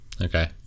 okay